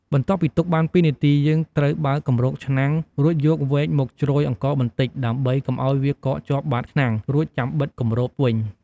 បន្ទាប់ពីទុកបាន២នាទី យើងត្រូវបើកគម្របឆ្នាំង រួចយកវែកមកជ្រោយអង្ករបន្តិច ដើម្បីកុំឱ្យវាកកជាប់បាតឆ្នាំង រួចចាំបិទគម្របវិញ។